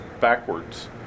backwards